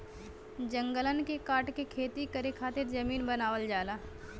जंगलन के काटकर खेती करे खातिर जमीन बनावल जाला